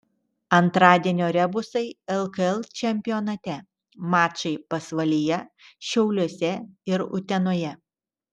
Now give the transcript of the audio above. antradienio rebusai lkl čempionate mačai pasvalyje šiauliuose ir utenoje